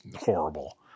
horrible